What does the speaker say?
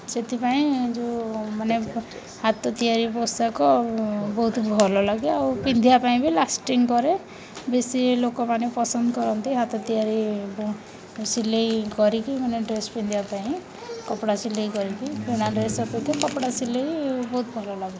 ସେଥିପାଇଁ ଯେଉଁମାନେ ହାତ ତିଆରି ପୋଷାକ ବହୁତ ଭଲ ଲାଗେ ଆଉ ପିନ୍ଧିବା ପାଇଁ ବି ଲାଷ୍ଟିଂ କରେ ବେଶୀ ଲୋକମାନେ ପସନ୍ଦ କରନ୍ତି ହାତ ତିଆରି ସିଲେଇ କରିକି ମାନେ ଡ୍ରେସ୍ ପିନ୍ଧିବା ପାଇଁ କପଡ଼ା ସିଲେଇ କରିକି କିଣା ଡ୍ରେସ୍ ଅପେକ୍ଷା କପଡ଼ା ସିଲେଇ ବହୁତ ଭଲ ଲାଗେ